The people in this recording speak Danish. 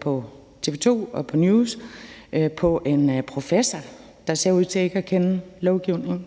på TV 2 og TV 2 News trukket rigtig meget på en professor, der ser ud til ikke at kende lovgivningen.